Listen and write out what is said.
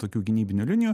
tokių gynybinių linijų